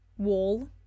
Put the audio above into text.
Wall